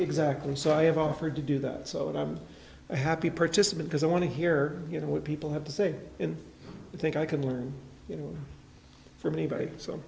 exactly so i have offered to do that so i'm a happy participant as i want to hear you know what people have to say and i think i can learn from anybody so